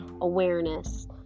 awareness